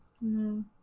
No